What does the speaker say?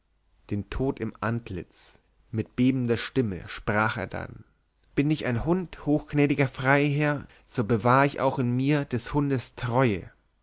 den tod im antlitz mit bebender stimme sprach er dann bin ich ein hund hochgnädiger freiherr so bewahr ich auch in mir des hundes treue